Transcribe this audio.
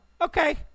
okay